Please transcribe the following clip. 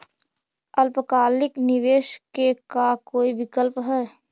अल्पकालिक निवेश के का कोई विकल्प है?